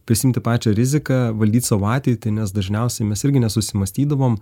prisiimti pačią riziką valdyt savo ateitį nes dažniausiai mes irgi nesusimąstydavom